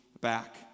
back